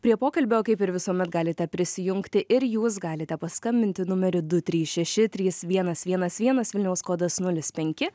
prie pokalbio kaip ir visuomet galite prisijungti ir jūs galite paskambinti numeriu du trys šeši trys vienas vienas vienas vilniaus kodas nulis penki